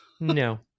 No